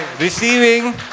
receiving